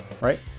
right